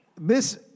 Miss